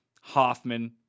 Hoffman